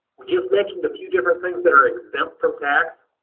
we just mentioned a few different things that are exempt from tax.